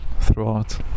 throughout